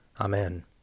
Amen